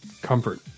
Comfort